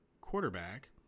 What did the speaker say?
quarterback